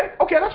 Okay